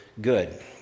good